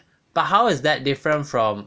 but how is that different from